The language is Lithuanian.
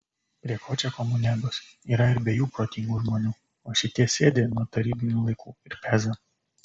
prie ko čia komuniagos yra ir be jų protingų žmonių o šitie sėdi nuo tarybinių laikų ir peza